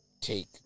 take